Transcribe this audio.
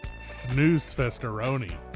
snooze-festeroni